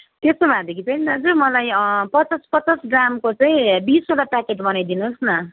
त्यसो भएदेखि चाहिँ नि दाजु मलाई पचास पचास ग्रामको चाहिँ बिसवटा प्याकेट बनाइदिनुहोस् न